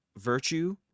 virtue